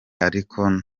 ariko